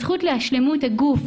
הזכות לשלמות הגוף,